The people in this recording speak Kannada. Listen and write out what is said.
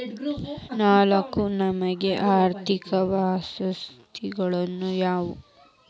ನಾಲ್ಕು ನಮನಿ ಆರ್ಥಿಕ ವ್ಯವಸ್ಥೆಗಳು ಯಾವ್ಯಾವು?